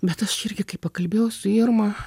bet aš irgi kai pakalbėjau su irma